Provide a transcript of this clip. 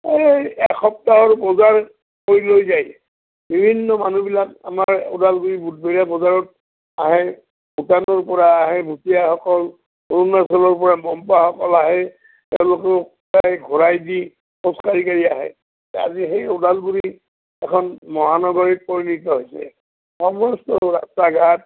এই এসপ্তাহৰ বজাৰ কৰি লৈ যায় বিভিন্ন মানুহবিলাক আমাৰ ওদালগুৰি বুধবৰীয়া বজাৰত আহে ভূটানৰপৰা আহে ভুটীয়াসকল অৰুণাচলৰপৰা মন্পাসকল আহে তেওঁলোকে প্ৰায় ঘোৰাই দি খোজকাঢ়ি কাঢ়ি আহে আজি সেই ওদালগুৰি এখন মহানগৰীত পৰিণিত হৈছে সমস্ত ৰাস্তা ঘাট